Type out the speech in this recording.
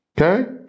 Okay